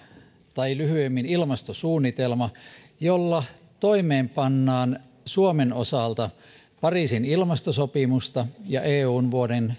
tai lyhyemmin ilmastosuunnitelma jolla toimeenpannaan suomen osalta pariisin ilmastosopimusta ja eun vuoden